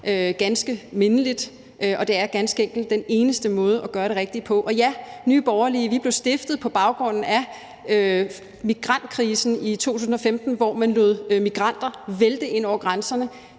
ganske mindeligt, og det er ganske enkelt den eneste måde at gøre det rigtige på. Og ja, Nye Borgerlige blev stiftet på baggrund af migrantkrisen i 2015, hvor man lod migranter vælte ind over grænserne,